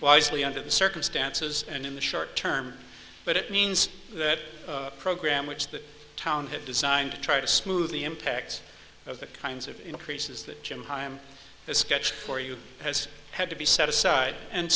wisely under the circumstances and in the short term but it means that the program which the town had designed to try to smooth the impact of the kinds of increases that jim himes has sketched for you has had to be set aside and